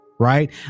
Right